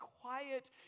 quiet